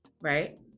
Right